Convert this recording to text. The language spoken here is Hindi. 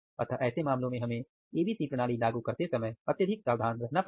अतः ऐसे मामलों में हमें ABC प्रणाली लागू करते समय अत्यधिक सावधान रहना होगा